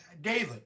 David